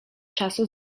czasu